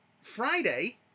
Friday